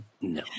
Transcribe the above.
No